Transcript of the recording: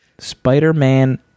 Spider-Man